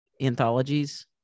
anthologies